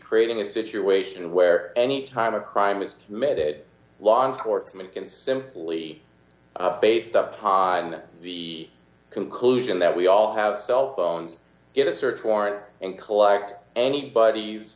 creating a situation where anytime a crime is committed law enforcement can simply based upon the conclusion that we all have cell phones get a search warrant and collect anybody's